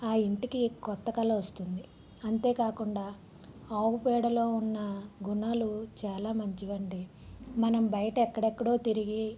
ఆ ఇంటికి కొత్త కళ వస్తుంది అంతే కాకుండా ఆవుపేడలో ఉన్న గుణాలు చాలా మంచివి అండి మనం బయట ఎక్కడెక్కడో తిరిగి